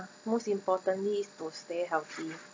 most importantly is to stay healthy